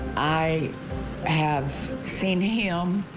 i have seen him,